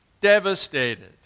devastated